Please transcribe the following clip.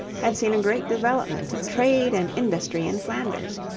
had seen a great development of trade and industry in flanders.